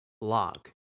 log